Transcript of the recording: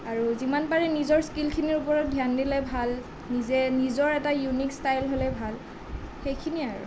আৰু যিমান পাৰি নিজৰ স্কিলখিনিৰ ওপৰত ধ্যান দিলে ভাল নিজে নিজৰ এটা ইউনিক ষ্টাইল হ'লে ভাল সেইখিনিয়ে আৰু